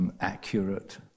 accurate